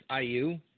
IU